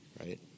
right